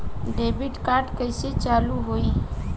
Debit card कइसे चालू होई?